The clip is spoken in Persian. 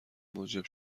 موجب